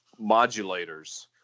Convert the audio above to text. modulators